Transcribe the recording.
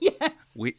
Yes